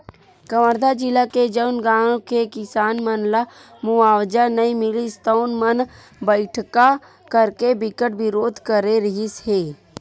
कवर्धा जिला के जउन गाँव के किसान मन ल मुवावजा नइ मिलिस तउन मन बइठका करके बिकट बिरोध करे रिहिस हे